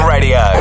Radio